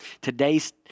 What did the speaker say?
Today's